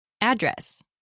Address